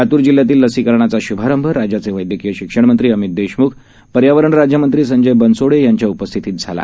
लातूर जिल्ह्यातील लसीकरणाचा शुभारंभ राज्याचे वैद्यकीय शिक्षण मंत्री अमित देशमुख पर्यावरण राज्य मंत्री संजय बनसोडे यांच्या उपस्थितीतझाला